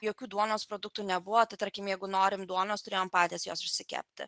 jokių duonos produktų nebuvo tai tarkim jeigu norim duonos turėjom patys jos išsikepti